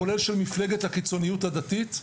כולל של מפלגת הקיצוניות הדתית,